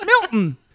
Milton